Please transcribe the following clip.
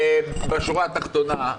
בשורה התחתונה,